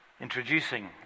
introducing